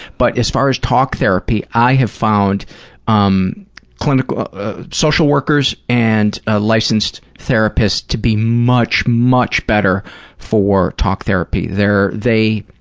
but as far as talk therapy, i have found um clinical social workers and ah licensed therapists to be much, much better for talk therapy. they